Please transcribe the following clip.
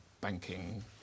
banking